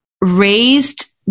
raised